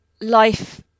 Life